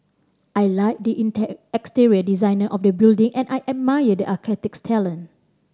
I like the exterior design of the building and I admire the architect's talent